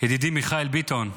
ידידי מיכאל ביטון,